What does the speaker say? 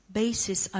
basis